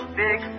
big